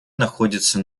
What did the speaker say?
находится